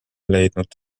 leidnud